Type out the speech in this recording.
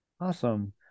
Awesome